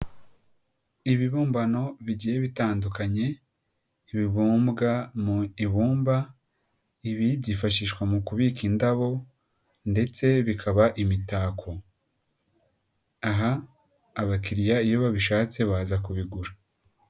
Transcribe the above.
Ibibumbano bigiye bitandukanye bibumbwa mu ibumba, ibi byifashishwa mu kubika indabo ndetse bikaba imitako. Aha abakiriya iyo babishatse baza kubigura.